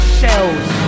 shells